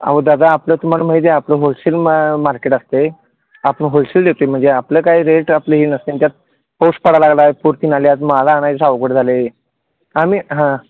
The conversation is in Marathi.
अहो दादा आपलं तुम्हाला माहिती आहे आपलं होलसेल मा मार्केट असतंय आपण होलसेल देतो आहे म्हणजे आपलं काय रेट आपलं ही नसते त्यात पाऊस पडा लागला आहे पूर्तीन आल्या आहेत माल आणायचे अवघड झालं आहे आम्ही हां